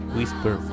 Whisper